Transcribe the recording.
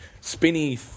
spinny